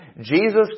Jesus